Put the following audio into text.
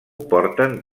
porten